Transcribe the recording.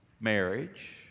marriage